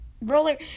Roller